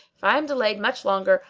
if i am delayed much longer,